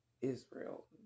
Israel